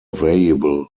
available